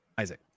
Isaac